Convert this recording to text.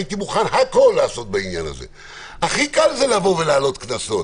הכי קל זה להעלות קנסות